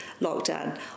lockdown